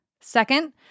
Second